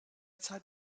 zeit